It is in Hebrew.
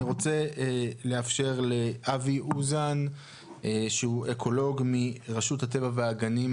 אני רוצה לאפשר לאבי אוזן שהוא אקולוג מרשות הטבע והגנים,